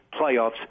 playoffs